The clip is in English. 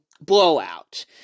blowout